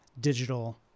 digital